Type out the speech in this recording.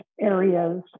areas